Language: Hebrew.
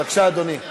בבקשה, אדוני.